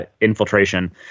infiltration